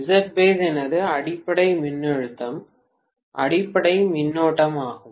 Zbase எனது அடிப்படை மின்னழுத்தம் அடிப்படை மின்னோட்டமாகும்